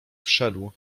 wszedł